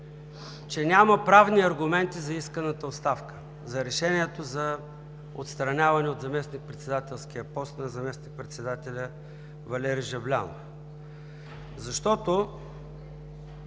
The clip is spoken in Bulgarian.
че няма правни аргументи за исканата оставка – за решението за отстраняване от заместник-председателския пост на заместник-председателя Валери Жаблянов.